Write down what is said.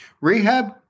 Rehab